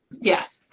Yes